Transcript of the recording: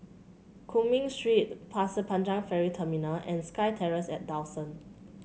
Cumming Street Pasir Panjang Ferry Terminal and SkyTerrace at Dawson